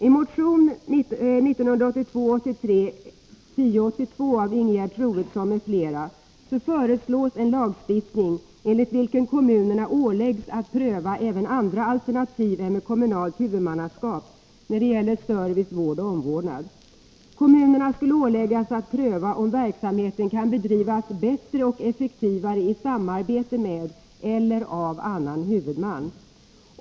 I motion 1982/83:1082 av Ingegerd Troedsson m.fl. föreslås en lagstiftning enligt vilken kommunerna åläggs att pröva även andra alternativ än kommunalt huvudmannaskap när det gäller service, vård och omvårdnad. Kommunerna skulle åläggas att pröva om verksamheten kan bedrivas bättre och effektivare i samarbete med eller av annan huvudman.